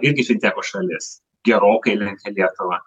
irgi fintecho šalis gerokai lenkia lietuvą